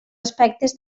aspectes